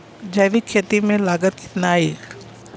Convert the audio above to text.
जैविक खेती में लागत कितना आई?